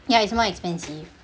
ya it's more expensive